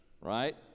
Right